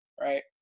right